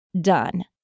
done